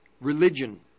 religion